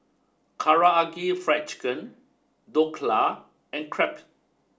Karaage Fried Chicken Dhokla and Crepe